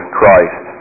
Christ